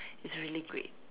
it's really great